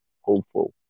hopeful